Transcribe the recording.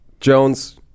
Jones